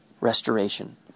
restoration